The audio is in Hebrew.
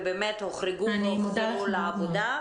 הם הוחרגו והוחזרו לעבודה.